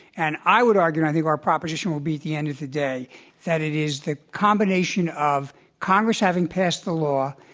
and i would argue and i think our proposition will be at the end of today that it is the combination of congress having passed the law,